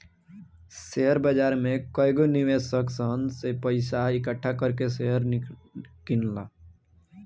share बाजार में कएगो निवेशक सन से पइसा इकठ्ठा कर के शेयर किनला